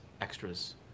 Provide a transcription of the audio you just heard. extras